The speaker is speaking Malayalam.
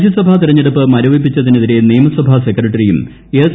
രാജ്യസഭാ തെരഞ്ഞെടുപ്പ് മരവിപ്പിച്ചതിനെതിരെ നിയ്മസ്ഭാ സെക്രട്ടറിയും എസ്